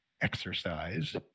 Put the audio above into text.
exercise